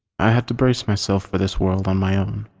i had to brace myself for this world on my own.